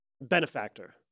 benefactor